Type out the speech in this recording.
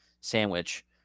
sandwich